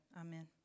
Amen